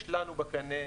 יש לנו בקנה,